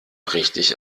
richtig